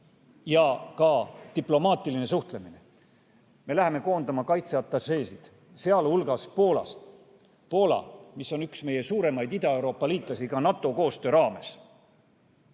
ja ka diplomaatiline suhtlemine. Me läheme koondama kaitseatašeesid, sh Poolas. Poola on üks meie suuremaid Ida-Euroopa liitlasi ka NATO-koostöö raames.